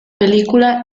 película